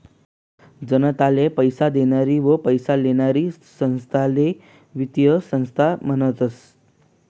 जनताले पैसा देनारी व पैसा लेनारी संस्थाले वित्तीय संस्था म्हनतस